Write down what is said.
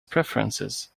preferences